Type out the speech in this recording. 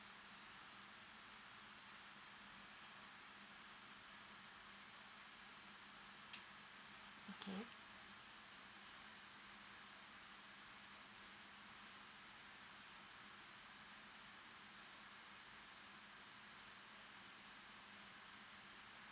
okay